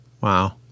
Wow